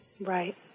Right